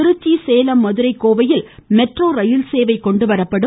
திருச்சி சேலம் மதுரை கோவையில் மெட்ரோ ரயில்சேவை கொண்டுவரப்படும்